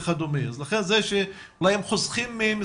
כשאני מקבל נתון שאומר,